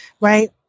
right